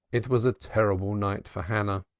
it was a terrible night for hannah,